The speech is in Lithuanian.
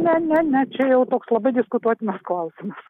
ne ne ne čia jau toks labai diskutuotinas klausimas